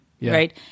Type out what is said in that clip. right